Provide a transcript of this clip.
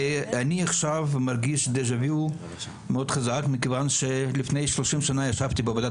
אני מרגיש דז'ה וו מאוד חזק מכיוון שלפני 30 שנים ישבתי בוועדת